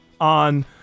on